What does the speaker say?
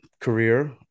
career